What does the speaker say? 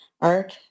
art